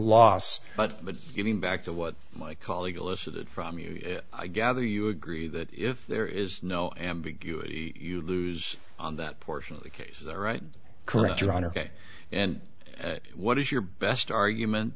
loss but but getting back to what my colleague elicited from you i gather you agree that if there is no ambiguity you lose on that portion of the case right correct your honor ok and what is your best argument